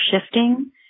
shifting